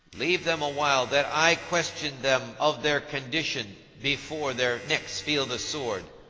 leave them awhile that i question them of their condition, before their necks feel the sword.